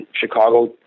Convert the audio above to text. Chicago